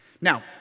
Now